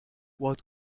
what